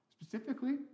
Specifically